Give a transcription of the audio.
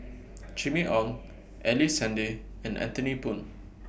Jimmy Ong Ellice Handy and Anthony Poon